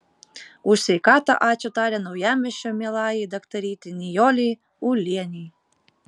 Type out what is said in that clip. už sveikatą ačiū taria naujamiesčio mielajai daktarytei nijolei ulienei